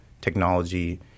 technology